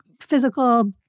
physical